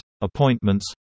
appointments